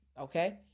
okay